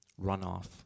runoff